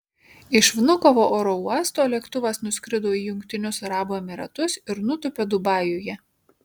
iš vnukovo oro uosto lėktuvas nuskrido į jungtinius arabų emyratus ir nutūpė dubajuje